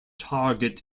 target